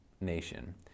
nation